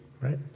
right